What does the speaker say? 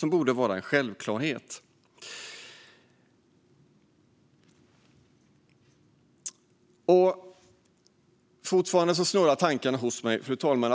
Det borde vara en självklarhet. Fru talman! Fortfarande snurrar tankarna hos mig.